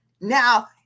Now